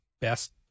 best